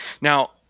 Now